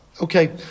Okay